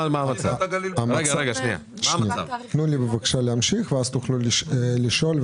תנו לי בבקשה להמשיך, ואז תוכלו לשאול.